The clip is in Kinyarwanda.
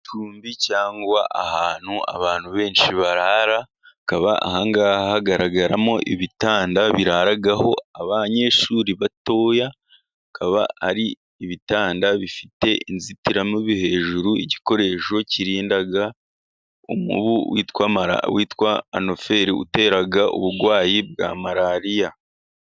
Igicumbi cyangwa ahantu abantu benshi barara, akaba ahangaha hagaragaramo ibitanda biraraho abanyeshuri batoya, akaba ari ibitanda bifite inzitiramibu hejuru, igikoresho kirinda umubu witwa anoferi utera uburwayi bwa malariya.